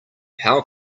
how